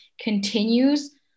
continues